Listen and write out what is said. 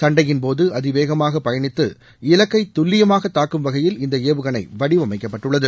சண்டையின்போது அதிவேகமாக பயனித்து இலக்கை துல்லியமாக தாக்கும் வகையில் இந்த ஏவுகணை வடிவமைக்கப்பட்டுள்ளது